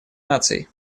наций